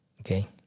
Okay